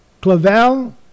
Clavel